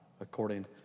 according